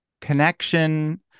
connection